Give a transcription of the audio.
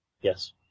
Yes